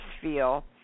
feel